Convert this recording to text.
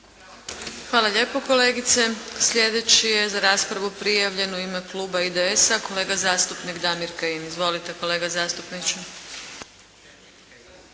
Hvala lijepa kolegice. Sljedeći je za raspravu prijavljen u ime kluba IDS-a, kolega zastupnik Damir Kajin. Izvolite kolega zastupniče.